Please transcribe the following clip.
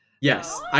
Yes